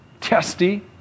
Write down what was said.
testy